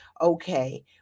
Okay